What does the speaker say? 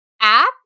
app